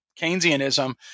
Keynesianism